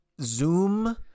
Zoom